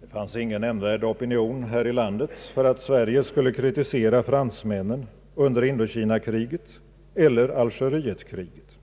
Det fanns ingen nämnvärd opinion här i landet för att Sverige skulle kritisera fransmännen under Indokinakriget eller Algerietkriget.